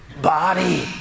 Body